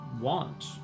want